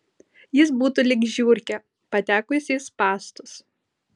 jis būtų lyg žiurkė patekusi į spąstus